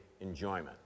enjoyment